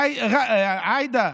עאידה,